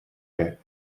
were